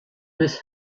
miss